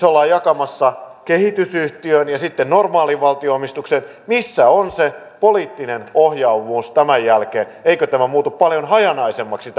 ollaan jakamassa kehitysyhtiöön ja sitten normaaliin valtionomistukseen missä on se poliittinen ohjaavuus tämän jälkeen eikö tämä omistus muutu paljon hajanaisemmaksi